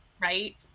right